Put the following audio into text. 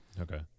Okay